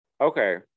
Okay